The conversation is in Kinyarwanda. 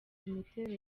imiterere